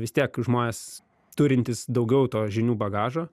vis tiek žmonės turintys daugiau to žinių bagažo